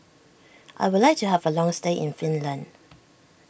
I would like to have a long stay in Finland